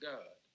God